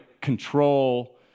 control